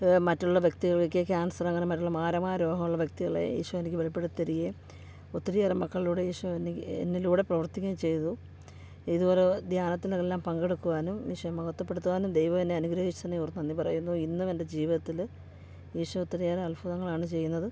മറ്റുള്ള വ്യക്തികൾക്ക് ക്യാൻസർ അങ്ങനെ മറ്റുള്ള മാരകമായ രോഗമുള്ള വ്യക്തികളെ ഈശോ എനിക്ക് വെളിപ്പെടുത്തി തരികേം ഒത്തിരിയേറെ മക്കളിലൂടെ ഈശോ എനിക്ക് എന്നിലൂടെ പ്രവർത്തിക്കേം ചെയ്തു ഇതുപോലെ ധ്യാനത്തിനെല്ലാം പങ്കെടുക്കുവാനും ഈശോ മഹത്വപ്പെടുത്തുവാനും ദൈവം എന്നെ അനുഗ്രഹിച്ചതിനെ ഓർത്ത് നന്ദി പറയുന്നു ഇന്നും എൻ്റെ ജീവിതത്തിൽ ഈശോ ഒത്തിരിയേറെ അത്ഭുതങ്ങളാണ് ചെയ്യുന്നത്